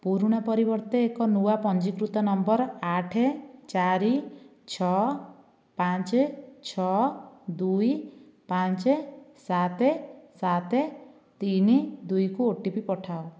ପୁରୁଣା ପରିବର୍ତ୍ତେ ଏକ ନୂଆ ପଞ୍ଜୀକୃତ ନମ୍ବର ଆଠ ଚାରି ଛଅ ପାଞ୍ଚ ଛଅ ଦୁଇ ପାଞ୍ଚ ସାତ ସାତ ତିନି ଦୁଇକୁ ଓ ଟି ପି ପଠାଅ